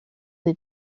des